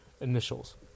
Initials